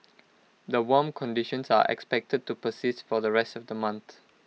the warm conditions are expected to persist for the rest of the month